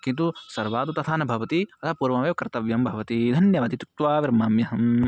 किन्तु सर्वादौ तथा न भवति अतः पूर्वमेव कर्तव्यं भवति धन्यवादः इत्युक्त्वा विरमाम्यहम्